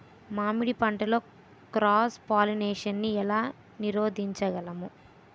మామిడి పంటలో cross pollination నీ ఏల నీరోధించగలము?